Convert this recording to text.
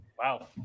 Wow